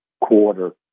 quarter